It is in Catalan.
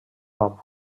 nom